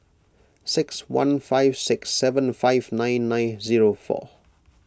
six one five six seven five nine nine zero four